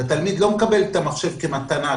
התלמיד לא מקבל את המחשב כמתנה,